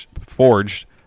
forged